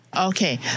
Okay